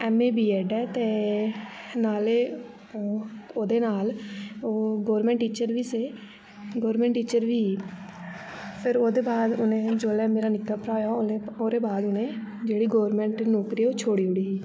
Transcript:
MA BEd ऐ ते नाले ओह्दे नाल ओह् गर्वनमेंट टीचर बी से गर्वनमेंट टीचर बी सर ओह्दे बाद उ'नें जेल्लै मेरा निक्का भ्राऽ होआ ते ओह्दे बाद उनें जेह्ड़ी गर्वनमेंट नौकरी ओह् छोड़ी ओड़ी ही